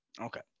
Okay